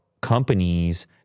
companies